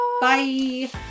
Bye